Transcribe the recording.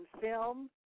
film